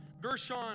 Gershon